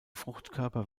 fruchtkörper